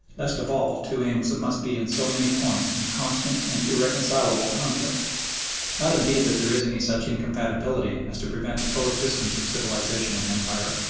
least of all two aims that must be in so many points in constant and irreconcilable conflict not indeed that there is any such incompatibility as to prevent the coexistence of civilisation and empire,